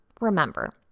Remember